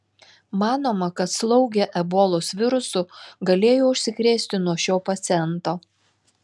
manoma kad slaugė ebolos virusu galėjo užsikrėsti nuo šio paciento